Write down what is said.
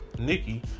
Nikki